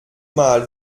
mal